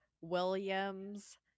williams